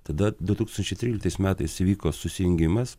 tada du tūkstančiai tryliktais metais įvyko susijungimas